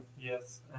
yes